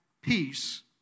peace